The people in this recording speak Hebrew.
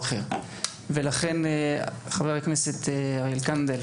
או אחר ולכן חבר הכנסת אריאל קלנר,